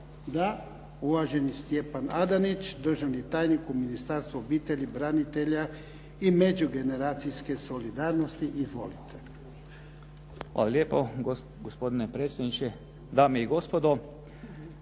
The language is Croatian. Da. Uvaženi Stjepan Adanić, državni tajnik u Ministarstvu obitelji, branitelja i međugeneracijske solidarnosti, izvolite. **Adanić, Stjepan** Hvala lijepo gospodine predsjedniče, dame i gospodo.